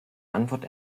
antwort